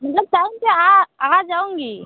मतलब टाइम से आ आ जाऊँगी